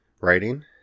writing